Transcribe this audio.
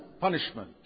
punishment